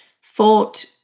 fought